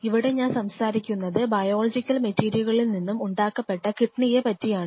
ഇവിടെ ഞാൻ സംസാരിക്കുന്നത് ബയോളജിക്കൽ മെറ്റീരിയലുകളിൽ നിന്നും ഉണ്ടാക്കപ്പെട്ട കിഡ്നിയെ പറ്റിയാണ്